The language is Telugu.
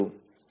లక్ష్యం 0